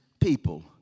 people